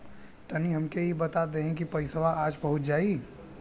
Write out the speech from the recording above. तनि हमके इ बता देती की पइसवा आज पहुँच जाई?